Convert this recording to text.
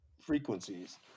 frequencies